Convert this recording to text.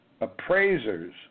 appraisers